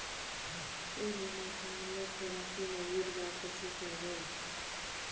corona काल में प्रवासी मजदूर वापसी कर गए